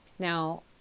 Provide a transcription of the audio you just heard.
Now